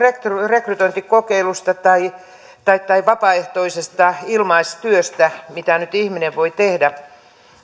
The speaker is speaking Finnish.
rekrytointikokeilusta tai tai vapaaehtoisesta ilmaistyöstä mitä nyt ihminen voi tehdä